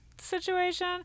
situation